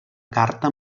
carta